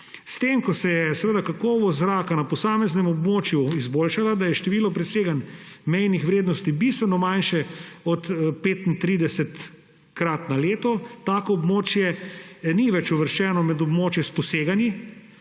s tem ko se je seveda kakovost zraka na posameznem območju izboljšala, da je število preseganj mejnih vrednosti bistveno manjše od 35-krat na leto, tako območje ni več uvrščeno med območje s poseganji